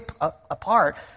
apart